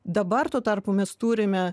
dabar tuo tarpu mes turime